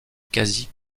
quasi